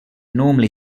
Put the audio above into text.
normally